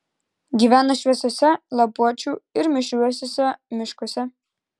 gyvena šviesiuose lapuočių ir mišriuosiuose miškuose